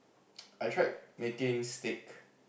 I tried making steak